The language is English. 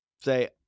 say